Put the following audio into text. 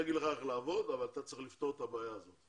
להגיד לך איך לעבוד אבל אתה צריך לפתור את הבעיה הזאת.